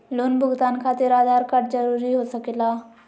Loan भुगतान खातिर Aadhaar card जरूरी हो सके ला?